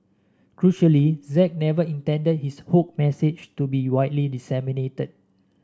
crucially Z never intended his hoax message to be widely disseminated